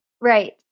Right